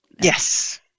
Yes